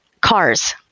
Cars